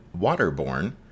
waterborne